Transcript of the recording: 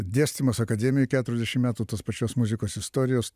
dėstymas akademijoj keturiasdešim metų tos pačios muzikos istorijos